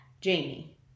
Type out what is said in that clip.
Jamie